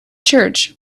church